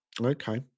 Okay